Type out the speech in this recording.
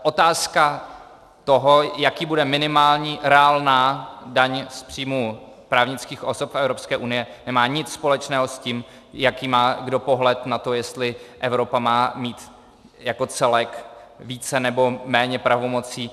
Otázka toho, jaká bude minimální reálná daň z příjmu právnických osob Evropské unie, nemá nic společného s tím, jaký má kdo pohled na to, jestli Evropa má mít jako celek více nebo méně pravomocí.